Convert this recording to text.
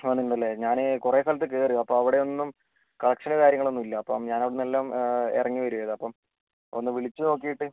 ആണെന്നല്ലേ ഞാൻ കുറെ സ്ഥലത്തു കയറി അപ്പോൾ അവിടെയൊന്നും കളക്ഷനും കാര്യങ്ങളൊന്നും ഇല്ല അപ്പം ഞാനവിടുന്നെല്ലാം ഇറങ്ങിവരുവാരുന്നു അപ്പം ഒന്നു വിളിച്ചു നോക്കീട്ട്